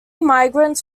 migrants